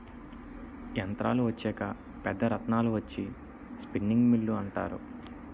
యంత్రాలు వచ్చాక పెద్ద రాట్నాలు వచ్చి స్పిన్నింగ్ మిల్లు అంటారు